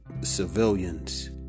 civilians